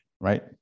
right